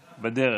בדרך,